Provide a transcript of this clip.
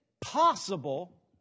possible